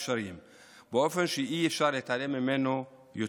באופן שאי-אפשר להתעלם ממנו יותר.